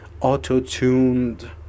auto-tuned